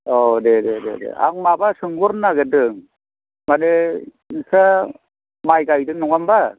औ दे दे दे आं माबा सोंहरनो नागिरदों माने नोंस्रा माइ गायदों नङा होनबा